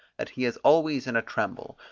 that he is always in a tremble,